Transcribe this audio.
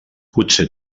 potser